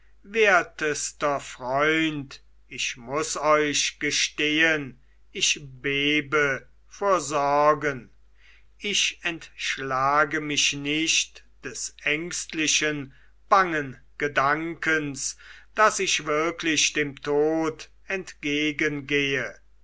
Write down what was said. wertester freund ich muß euch gestehn ich bebe vor sorgen ich entschlage mich nicht des ängstlichen bangen gedankens daß ich wirklich dem tod entgegensehe